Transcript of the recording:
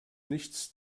nichts